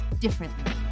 differently